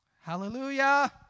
Hallelujah